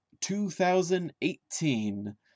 2018